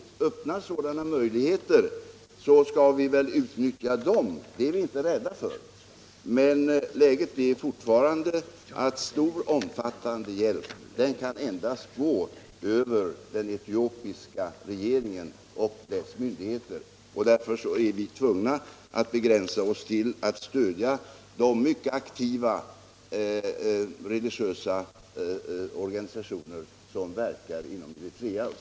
Om det öppnas sådana möjligheter skall vi utnyttja dem. Det är vi inte rädda för. Men läget är fortfarande att omfattande hjä endast kan gå över den etiopiska regeringen och dess myndigheter. Därför är vi tvungna att begränsa oss till att stödja de mycket aktiva religiösa organisationer som verkar inom Eritrea.